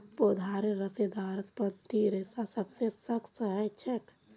पौधार रेशेदारत पत्तीर रेशा सबसे सख्त ह छेक